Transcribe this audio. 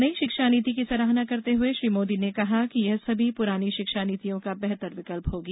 नई शिक्षा नीति की सराहना करते हुए श्री मोदी ने कहा कि यह सभी पुरानी शिक्षा नीतियों का बेहतर विकल्प होगी